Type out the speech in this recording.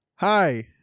Hi